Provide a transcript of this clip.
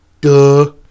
Duh